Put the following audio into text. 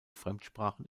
fremdsprachen